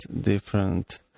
different